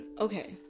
okay